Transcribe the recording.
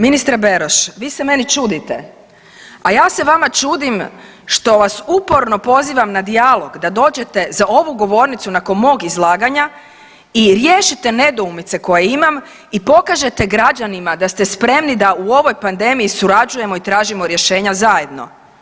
Ministre Beroš vi se meni čudite, a ja se vama čudim što vas uporno pozivam na dijalog da dođete za ovu govornicu nakon mog izlaganja i riješite nedoumice koje imam i pokažete građanima da ste spremni da u ovoj pandemiji surađujemo i tražimo rješenja zajedno.